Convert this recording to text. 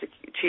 Chief